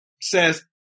says